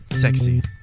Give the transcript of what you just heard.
sexy